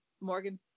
morgan